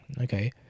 okay